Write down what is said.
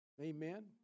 Amen